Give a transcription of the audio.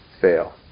fail